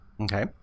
Okay